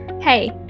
Hey